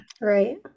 Right